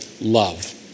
love